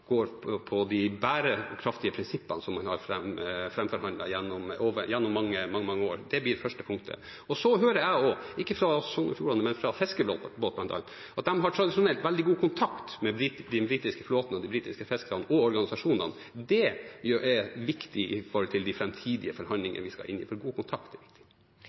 går på de bærekraftige prinsippene som en har framforhandlet gjennom mange, mange år. Det blir det første punktet. Jeg hører også, ikke fra Sogn og Fjordane, men fra loddebåter bl.a., at de har tradisjonelt veldig god kontakt med den britiske flåten og de britiske fiskerne og organisasjonene. Det er viktig med tanke på de framtidige forhandlingene vi skal inn i, for gode kontakter er jo viktig.